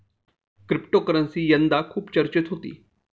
cryptocurrency यंदा खूप चर्चेत होती